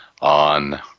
on